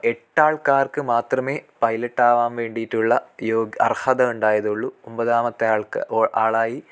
എട്ടാൾക്കാർക്ക് മാത്രമേ പൈലറ്റാകാൻ വേണ്ടിയിട്ടുള്ള യോഗ്യ അർഹത ഉണ്ടായതുള്ളു ഒൻപതാമത്തെ ആൾക്ക് ആളായി